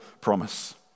promise